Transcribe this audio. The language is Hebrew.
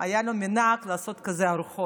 היה לו מנהג לעשות ארוחות,